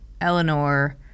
Eleanor